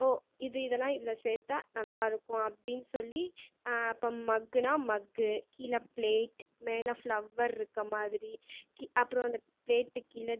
ஓ இது இதெல்லாம் இதில் சேர்த்தா நல்லாயிருக்கும் அப்படின்னு சொல்லி இப்போ மஃகுனா மஃகு கீழே ப்ளேட் மேலே ஃப்லவ்வர் இருக்கற மாதிரி அப்புறம் அந்த ப்ளேட் கீழே